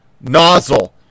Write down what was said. nozzle